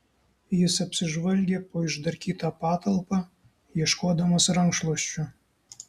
jis apsižvalgė po išdarkytą patalpą ieškodamas rankšluosčio